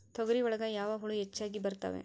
ತೊಗರಿ ಒಳಗ ಯಾವ ಹುಳ ಹೆಚ್ಚಾಗಿ ಬರ್ತವೆ?